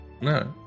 No